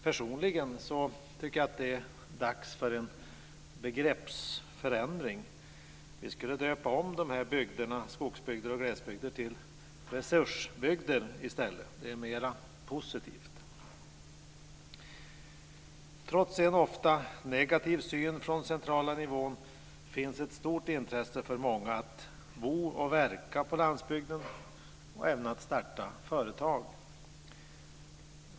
Personligen tycker jag att det är dags för en begreppsförändring. Vi borde döpa om skogs och glesbygderna till resursbygder i stället. Det låter mera positivt. Trots en ofta negativ syn från den centrala nivån finns det ett stort intresse från många att bo och verka på landsbygden och även att starta företag.